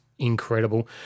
incredible